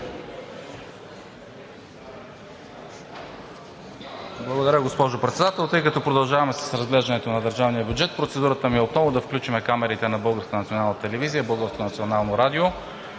Благодаря, госпожо Председател. Тъй като продължаваме с разглеждането на държавния бюджет, процедурата ми е отново да включим камерите на